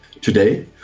today